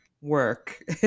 work